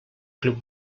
club